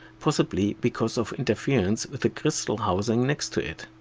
possibly because of interference with the crystal housing next to it.